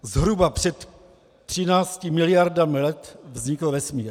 Zhruba před třinácti miliardami let vznikl vesmír.